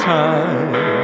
time